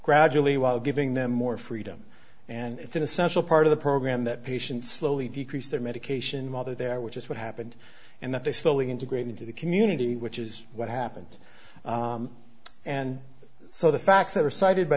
gradually while giving them more freedom and it's an essential part of the program that patients slowly decrease their medication mother there which is what happened and that they slowly integrate into the community which is what happened and so the facts are cited by